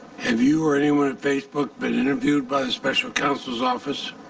have you, or anyone at facebook, been interviewed by the special counsel's office?